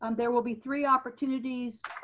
um there will be three opportunities,